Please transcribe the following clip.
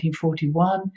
1941